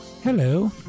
Hello